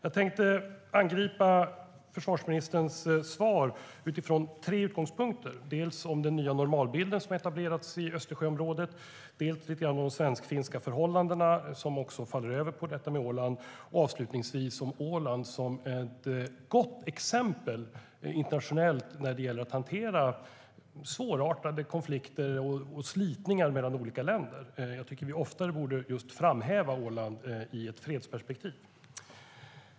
Jag tänkte angripa försvarsministerns svar utifrån tre utgångspunkter. Det gäller för det första den nya normalbild som etablerats i Östersjöområdet, för det andra lite grann om de svensk-finska förhållandena, som också faller över på detta med Åland, och avslutningsvis Åland som ett gott exempel internationellt när det gäller att hantera svårartade konflikter och slitningar mellan olika länder. Jag tycker att vi oftare borde framhäva Åland i ett fredsperspektiv.